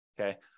okay